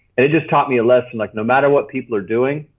and it just taught me a lesson like no matter what people are doing